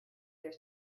their